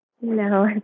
No